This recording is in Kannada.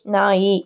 ನಾಯಿ